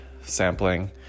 sampling